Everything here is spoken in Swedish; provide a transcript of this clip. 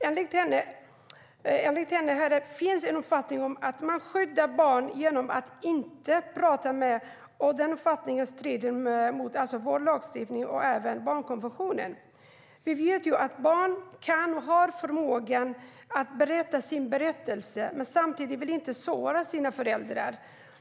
Enligt henne finns det en uppfattning om att man skyddar barn genom att inte prata med dem. Den uppfattningen strider mot vår lagstiftning och även mot barnkonventionen. Vi vet ju att barn har förmågan att berätta sin berättelse, men samtidigt vill de inte såra sina föräldrar.